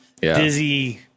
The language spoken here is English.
Dizzy